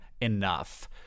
enough